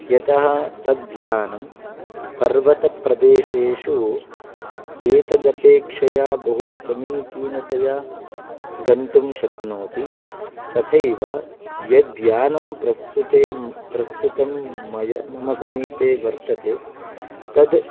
यतः तद्यानं पर्वतप्रदेशेषु एतदपेक्षया बहु समीचीनतया गन्तुं शक्नोति तथैव यद्यानं प्रस्तुते प्रस्तुतं मया मम समीपे वर्तते तत्